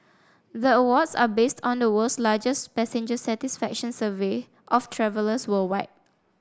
the awards are based on the world's largest passenger satisfaction survey of travellers worldwide